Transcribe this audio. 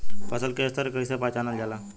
फसल के स्तर के कइसी पहचानल जाला